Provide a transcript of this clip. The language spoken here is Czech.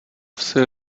vsi